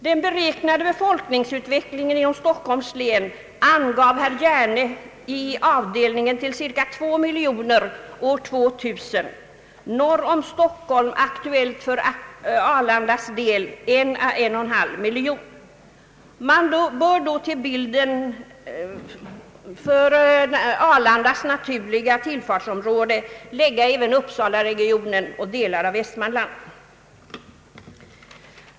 Den beräknade befolkningsutvecklingen inom Stockholms län angavs av herr Hjerne i avdelningen till cirka två miljoner år 2000; norr om Stockholm — aktuellt för Arlandas del — en till en och en halv miljon. Man bör emellertid i Arlandas naturliga tillfartsområde inräkna även uppsalaregionen och delar av Västmanland.